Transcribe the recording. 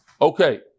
Okay